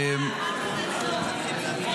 הקטל בכבישים?